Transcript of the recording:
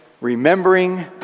remembering